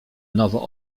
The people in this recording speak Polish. nowo